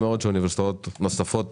אנו מדברים על יותר מ-50,000 תושבים חוזרים.